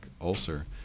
ulcer